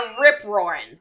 rip-roaring